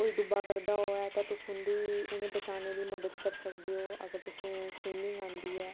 कोई डुब्बा करदा होऐ ते तुस उं'दी उ'नें गी बचाने दी मदद करी सकदे ओ अगर तुसें गी स्विमिंग आंदी ऐ